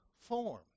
form